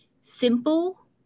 simple